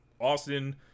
Austin